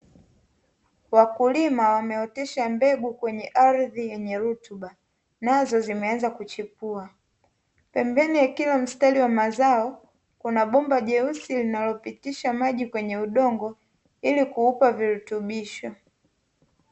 Wakulima wameotesha mbegu kwenye ardhi yenye rutuba nazo zimeanza kuchipua. Pembeni ya kila mstari wa mazao Kuna bomba jeusi linalopitisha maji kwenye udongo ili kuupa virutubisho.